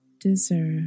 deserve